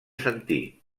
sentir